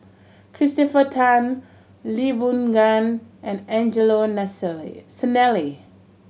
Christopher Tan Lee Boon Ngan and Angelo Sanelli